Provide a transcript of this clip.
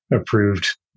approved